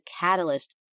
catalyst